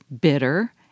bitter